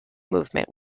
movement